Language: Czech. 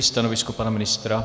Stanovisko pana ministra?